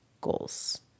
goals